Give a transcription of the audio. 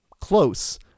Close